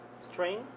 strain